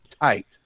tight